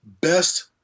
Best